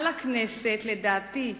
על הכנסת, לדעתי,